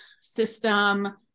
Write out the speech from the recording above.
system